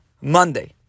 Monday